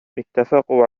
إتفقوا